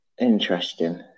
interesting